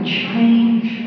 change